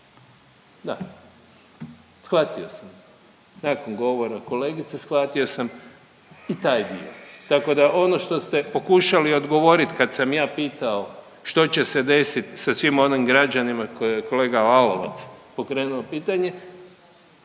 Da, shvatio sam, nakon govora kolegice shvatio sam i taj dio. Tako da ono što ste pokušali odgovorit kad sam ja pitao što će se desit sa svim onim građanima, koje je kolega Lalovac pokrenuo